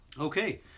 Okay